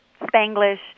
Spanglish